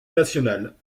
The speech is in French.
nationale